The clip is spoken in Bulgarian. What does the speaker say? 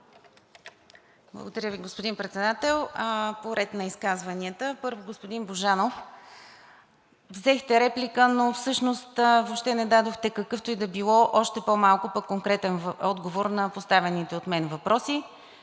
Благодаря Ви, господин Председател. По ред на изказванията. Първо, господин Божанов. Взехте реплика, но всъщност въобще не дадохте какъвто и да било, още по малко пък конкретен отговор на поставените от мен въпроси.